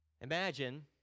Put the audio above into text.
Imagine